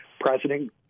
President